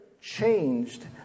changed